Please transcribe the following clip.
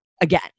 again